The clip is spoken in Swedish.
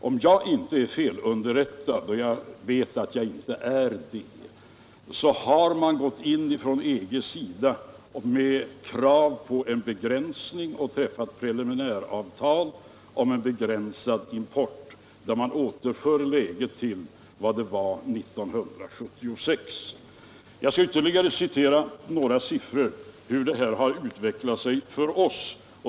Om jag inte är fel underrättad — och jag vet att jag inte är det — så har man från EG:s sida gått ut med krav på en begränsning och träffat preliminäravtal om en begränsad import, varvid man återför läget till vad det var 1976. Nr 49 Jag skall ytterligare anföra några siffror om hur detta har utvecklat sig för oss.